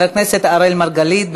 חבר הכנסת אִראל מרגלית,